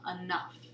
enough